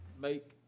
make